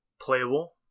playable